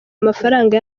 amafaranga